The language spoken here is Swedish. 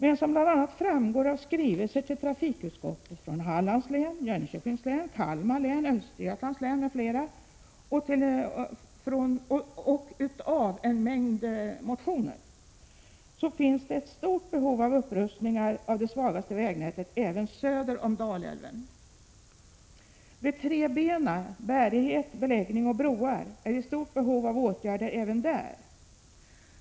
Men som bl.a. framgår av skrivelser till trafikutskottet från Hallands län, Jönköpings län, Kalmar län, Östergötlands län m.fl. och av en mängd motioner, finns det ett stort behov av upprustning av det svagaste vägnätet även söder om Dalälven. De tre b:na — bärighet, beläggning och broar — är i stort behov av åtgärder även där.